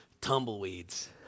tumbleweeds